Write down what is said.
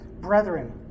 Brethren